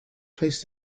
place